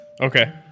okay